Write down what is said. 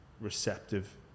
receptive